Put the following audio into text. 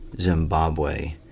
Zimbabwe